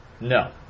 No